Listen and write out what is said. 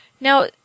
Now